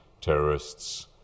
terrorists